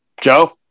Joe